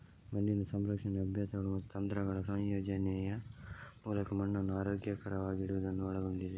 ಮಣ್ಣಿನ ಸಂರಕ್ಷಣೆಯು ಅಭ್ಯಾಸಗಳು ಮತ್ತು ತಂತ್ರಗಳ ಸಂಯೋಜನೆಯ ಮೂಲಕ ಮಣ್ಣನ್ನು ಆರೋಗ್ಯಕರವಾಗಿಡುವುದನ್ನು ಒಳಗೊಂಡಿದೆ